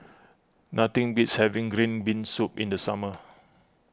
nothing beats having Green Bean Soup in the summer